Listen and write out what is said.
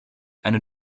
eine